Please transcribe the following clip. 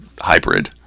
hybrid